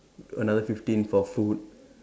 another fifteen for food